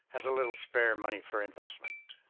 has a little spare money for investment.